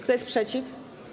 Kto jest przeciw?